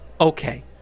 okay